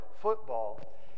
football